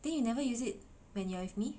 then you never use it when you're with me